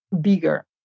bigger